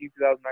2019